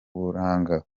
buranga